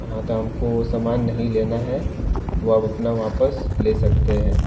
हाँ तो हमको सामान नहीं लेना है वो आप अपना वापस ले सकते है